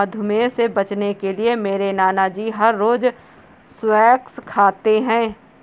मधुमेह से बचने के लिए मेरे नानाजी हर रोज स्क्वैश खाते हैं